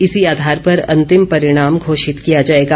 इसी आधार पर अंतिम परिणाम घोषित किया जाएगा